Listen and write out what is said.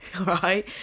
Right